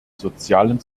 sozialen